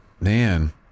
Man